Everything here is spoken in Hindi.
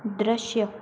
दृश्य